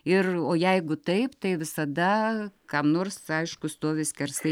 ir o jeigu taip tai visada kam nors aišku stovi skersai